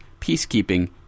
peacekeeping